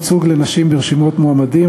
ייצוג לנשים ברשימות מועמדים),